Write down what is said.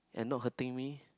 and not hurting me